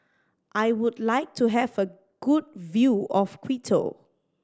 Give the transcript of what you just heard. I would like to have a good view of Quito